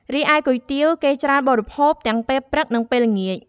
រីឯគុយទាវ គេច្រើនបរិភោគទាំងពេលព្រឹក និងពេលល្ងាច។